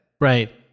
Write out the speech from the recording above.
Right